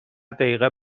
دیقه